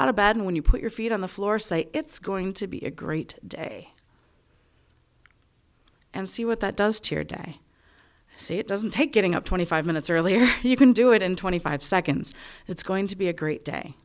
out of bed when you put your feet on the floor say it's going to be a great day and see what that does to your day so it doesn't take getting up twenty five minutes earlier you can do it in twenty five seconds it's going to be a great day